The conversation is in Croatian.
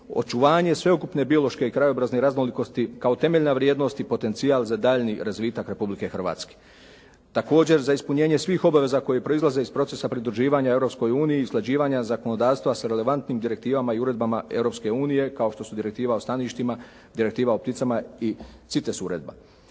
očuvanje sveukupne biološke i krajobrazne raznolikosti kao temeljna vrijednost i potencijal za daljnji razvitak Republike Hrvatske. Također, za ispunjenje svih obaveza koje proizlaze iz procesa pridruživanja Europskoj uniji i usklađivanja zakonodavstva sa relevantnim direktivama i uredbama Europske unije kao što su Direktiva o staništima, Direktiva o pticama i CITES uredba.